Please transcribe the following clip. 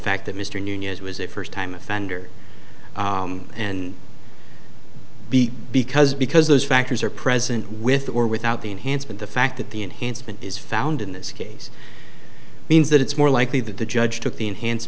fact that mr news was a first time offender and b because because those factors are present with or without the enhancement the fact that the enhancement is found in this case means that it's more likely that the judge took the enhance